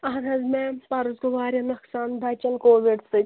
اہن حظ میم پَرُس گوٚو واریاہ نۄقصان بَچن کوٚوِڈ سۭتۍ